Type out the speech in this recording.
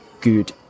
good